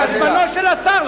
זה על זמנו של השר.